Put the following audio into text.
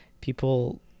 people